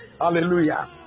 Hallelujah